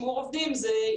אז אתה מתחת לסף.